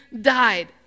died